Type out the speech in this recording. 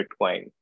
bitcoin